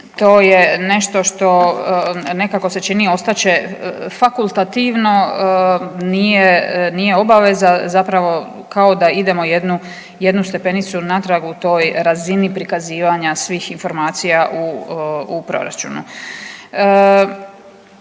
to je nešto što nekako se čini ostat će fakultativno, nije, nije obaveza zapravo kao da idemo jednu, jednu stepenicu natrag u toj razini prikazivanja svih informacija u proračunu.